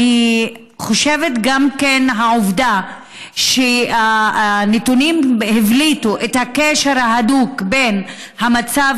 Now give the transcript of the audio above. חושבת שגם העובדה שהנתונים הבליטו את הקשר ההדוק בין המצב